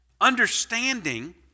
understanding